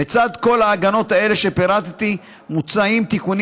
לצד כל ההגנות האלה שפירטתי מוצעים תיקונים